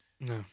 No